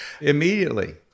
Immediately